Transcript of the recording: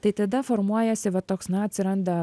tai tada formuojasi va toks na atsiranda